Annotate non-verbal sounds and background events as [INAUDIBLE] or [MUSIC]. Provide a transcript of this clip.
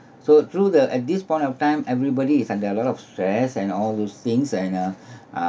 so through the at this point of time everybody is under a lot of stress and all those things and uh [BREATH]